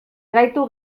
gaitu